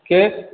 के